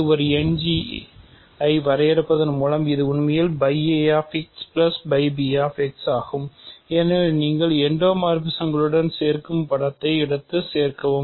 இது ஒரு End ஐ வரையறுப்பதன் மூலம் இது உண்மையில் ஆகும் ஏனெனில் நீங்கள் எண்டோமார்பிஸங்களுடன் சேர்க்கும்போது படத்தை எடுத்து சேர்க்கவும்